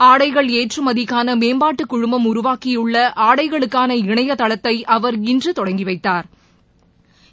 ஆடைகள் ஏற்றமதிக்கான மேம்பாட்டுக்குழமம் உருவாக்கியுள்ள ஆடைகளுக்கான இணையதளத்தை அவர் இன்று தொடங்கி வைத்து பேசினார்